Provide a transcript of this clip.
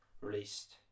released